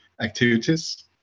activities